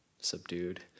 subdued